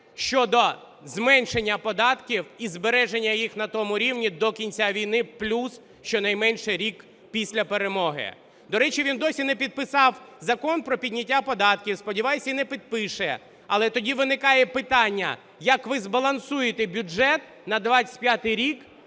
щодо зменшення податків і збереження їх на тому рівні до кінця війни, плюс щонайменше рік після перемоги. До речі, він досі не підписав Закон про підняття податків. Сподіваюсь, і не підпише. Але тоді виникає питання, як ви збалансуєте бюджет на 2025 рік,